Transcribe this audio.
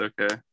Okay